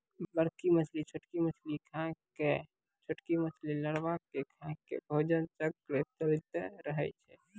बड़की मछली छोटकी मछली के खाय के, छोटकी मछली लारवा के खाय के भोजन चक्र चलैतें रहै छै